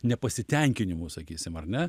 nepasitenkinimų sakysim ar ne